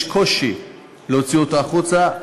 יש קושי להוציא אותו החוצה.